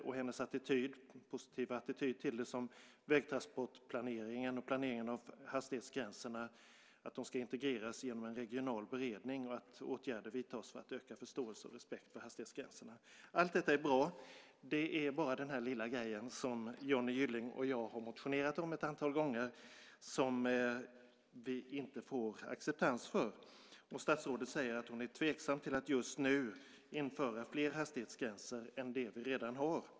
Det gäller hennes positiva attityd till vägtransportplaneringen och planeringen av hastighetsgränserna, att de ska integreras genom en regional beredning och att åtgärder vidtas för att öka förståelse och respekt för hastighetsgränserna. Allt detta är bra. Det är bara den här lilla grejen som Johnny Gylling och jag har motionerat om ett antal gånger som vi inte får acceptans för. Statsrådet säger att hon är tveksam till att just nu införa fler hastighetsgränser än dem vi redan har.